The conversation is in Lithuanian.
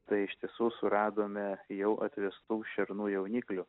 tai iš tiesų suradome jau atvestų šernų jauniklių